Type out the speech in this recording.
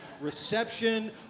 reception